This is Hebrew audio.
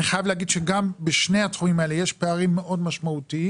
אני חייב להגיד שגם בשני התחומים האלה יש פערים מאוד משמעותיים,